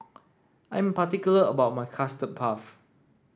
I am particular about my custard puff